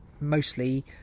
mostly